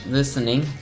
listening